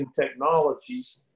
technologies